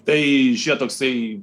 tai išėjo toksai